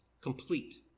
complete